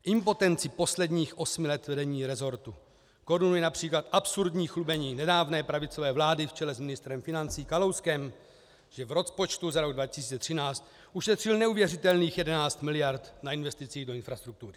Impotenci posledních osmi let vedení rezortu korunuje např. absurdní chlubení nedávné pravicové vlády v čele s ministrem financí Kalouskem, že v rozpočtu za rok 2013 ušetřil neuvěřitelných 11 mld. na investicích do infrastruktury.